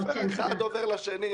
יפה, אחד עובר לשני.